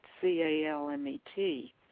C-A-L-M-E-T